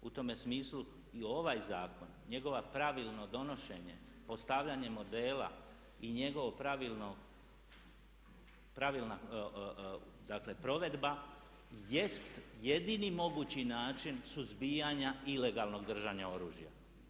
U tome smislu i ovaj zakon, njegovo pravilno donošenje, postavljanje modela i njegova pravilna provedba jest jedini mogući način suzbijanja ilegalnog držanja oružja.